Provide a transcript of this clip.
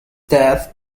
death